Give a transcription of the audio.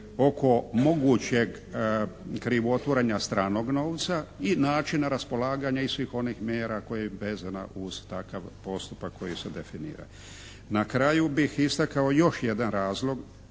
oko mogućeg krivotvorenja stranog novca i načina raspolaganja i svih onih mjera koja je vezana uz takav postupak koji se definira. Na kraju bih istakao još jedan razlog,